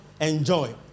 Enjoy